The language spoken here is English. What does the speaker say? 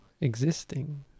existing